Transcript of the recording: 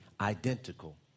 identical